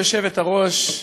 כבוד היושבת-ראש,